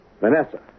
Vanessa